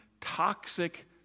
toxic